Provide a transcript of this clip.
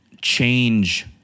change